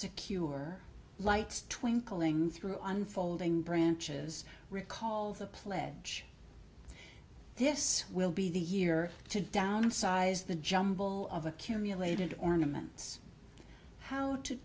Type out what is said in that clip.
secure lights twinkling through unfolding branches recalls the pledge this will be the year to downsize the jumble of accumulated ornaments how to